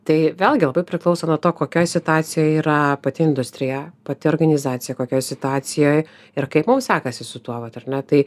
tai vėlgi labai priklauso nuo to kokioj situacijoj yra pati industrija pati organizacija kokioj situacijoj ir kaip mum sekasi su tuo vat ar ne tai